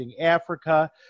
Africa